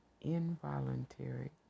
involuntary